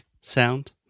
sound